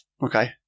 Okay